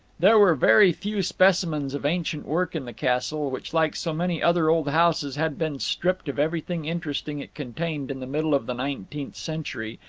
there were very few specimens of ancient work in the castle, which like so many other old houses had been stripped of everything interesting it contained in the middle of the nineteenth century,